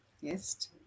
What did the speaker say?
Yes